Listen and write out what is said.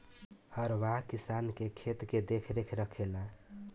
हरवाह किसान के खेत के देखरेख रखेला